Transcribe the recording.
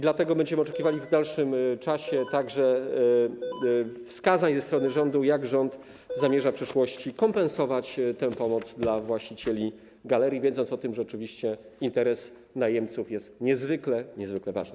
Dlatego będziemy oczekiwali w dalszym czasie także wskazań ze strony rządu, jak rząd zamierza w przyszłości kompensować tę pomoc dla właścicieli galerii, wiedząc o tym, że interes najemców jest niezwykle, niezwykle ważny.